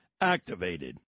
Activated